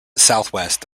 southwest